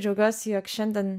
džiaugiuosi jog šiandien